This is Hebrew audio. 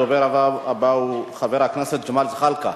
הדובר הבא הוא חבר הכנסת ג'מאל זחאלקה,